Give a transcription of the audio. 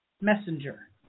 messenger